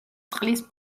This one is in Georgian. წყლის